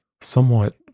somewhat